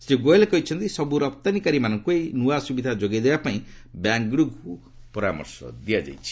ଶ୍ରୀ ଗୋୟଲ୍ କହିଛନ୍ତି ସବୁ ରପ୍ତାନୀକାରୀମାନଙ୍କୁ ଏହି ନ୍ତୁଆ ସୁବିଧା ଯୋଗାଇ ଦେବା ପାଇଁ ବ୍ୟାଙ୍କ୍ଗୁଡ଼ିକୁ ପରାମର୍ଶ ଦିଆଯାଇଛି